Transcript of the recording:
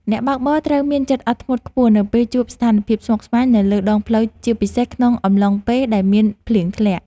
អ្នកបើកបរត្រូវមានចិត្តអត់ធ្មត់ខ្ពស់នៅពេលជួបស្ថានភាពស្មុគស្មាញនៅលើដងផ្លូវជាពិសេសក្នុងអំឡុងពេលដែលមានភ្លៀងធ្លាក់។